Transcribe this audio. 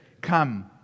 Come